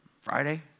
Friday